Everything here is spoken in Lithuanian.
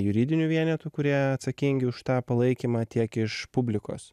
juridinių vienetų kurie atsakingi už tą palaikymą tiek iš publikos